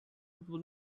people